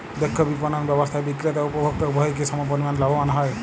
দক্ষ বিপণন ব্যবস্থায় বিক্রেতা ও উপভোক্ত উভয়ই কি সমপরিমাণ লাভবান হয়?